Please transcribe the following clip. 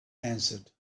answered